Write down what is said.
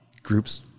groups